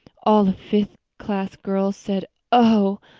all the fifth-class girls said, oh!